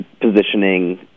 positioning